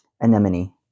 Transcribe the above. Anemone